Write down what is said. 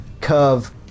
curve